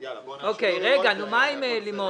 בוא תסיים.